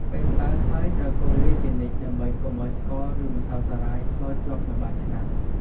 ពេលក្ដៅហើយត្រូវកូរវាជានិច្ចដើម្បីកុំឱ្យស្ករ ឬម្សៅសារាយខ្លោចជាប់នៅបាតឆ្នាំង។